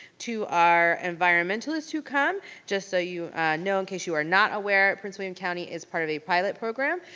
to our environmentalists who come, just so you know, in case you are not aware, prince william county is part of a pilot program,